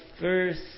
first